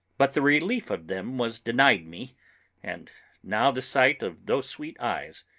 but the relief of them was denied me and now the sight of those sweet eyes,